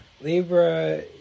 Libra